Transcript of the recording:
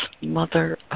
mother